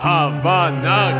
Havana